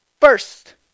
First